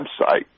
website